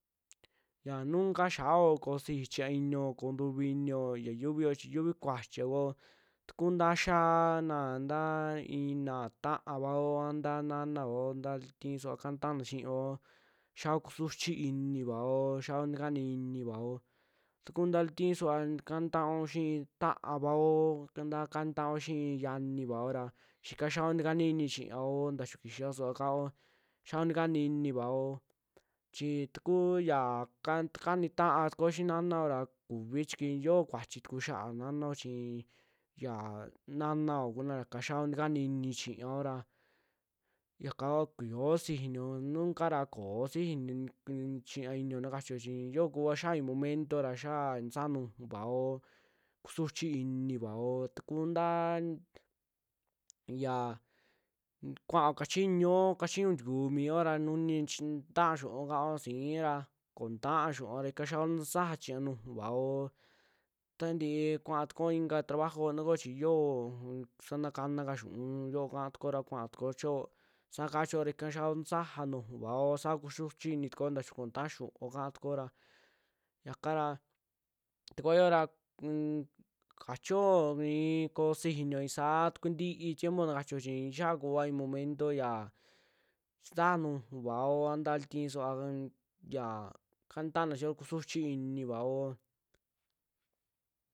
Ya nunca xiaao ko'o siji chiñaa inio, ko'o ntuvi inio ya yuvii yo'o chi yuvii kuachivao taku ntaa xia'ana ntaa inaa na taavao, un taa nanavao nta loo tii suva kanitaana xio xiao kusuchi inivao xiao ntikanini vao, ta kuu nta loo ti'isuva kani taao xi'i ta'avao nta kanitao xi'i yianivao ra xiika kixaao ntakanini chiñaao nta chiñu kixao suuva kaao, xiao ntakanini vaao chii takuu ya an ta kanitaa tukuo xii naanao ra kuvi chi yoo kuachituku xiaa naanao chii xia, naanao kuna ika kixaao ntakanini chiñao ra, yaka kua ko'o yoo sixi inio nunca ra ko'o siji inikki chiiña inio naa kachio chii yo'o kua xiaa i'i momento ra, xia ntasaja nujuvao, kusuchi iniivao takuu ntaa n yaa kuaao kachiñoo, kachiñuu ntikuu mioo ra nuni chi ntitaa xiu'o ka'aora sii ra, koo ntutaa xiuuo ra ika xiaao nta sajaa chiñaa nujuvaao taa ntii kuaa tukuo ika trabajo, chi yoo un sana kaana ka xiu'uyo kaa tukuara kuaa tukuo chio'o ika xiaao ntasaja nujuvao, kixiao kusuchi initukuo nta chiñu koo nta'ataa xiuo kaa tukuora, yaka ra ta kua xioo ra unm kachioo i'i koo sixi i'iyo i'isaa ta kuntii tiempo na kachio chi, xaa ku'ua i'i momento yaa saja kujuvao aa nta lootii suva yaa kanitaana xio kusuchi inivaao.